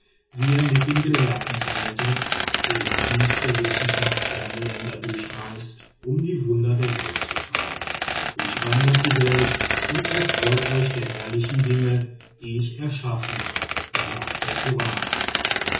die er mit dem gelehrten teilte der im dienst der wissenschaft ferne länder durchreist um die wunder der welt zu schauen durchwandert die welt und erfreut euch der herrlichen dinge die ich erschaffen sagt der koran